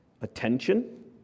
attention